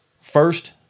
First